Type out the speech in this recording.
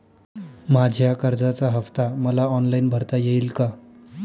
माझ्या कर्जाचा हफ्ता मला ऑनलाईन भरता येईल का?